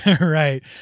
Right